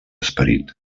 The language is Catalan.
esperit